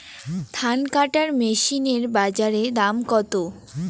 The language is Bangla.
ধান কাটার মেশিন এর বাজারে দাম কতো?